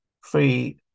free